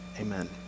amen